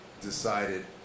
decided